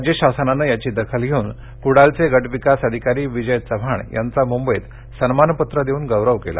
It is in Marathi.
राज्य शासनानं याची दखल घेऊन कुडाळचे गट विकास अधिकारी विजय चव्हाण यांचा मुंबईत सन्मानपत्र देऊन गौरव केला